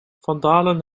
vandalen